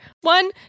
One